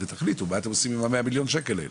ותחליט מה אתם עושים עם המאה מיליון שקל האלה,